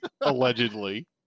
allegedly